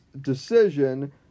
decision